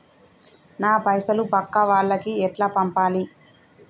నా పైసలు పక్కా వాళ్లకి ఎట్లా పంపాలి?